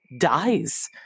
dies